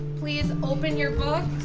please open your books.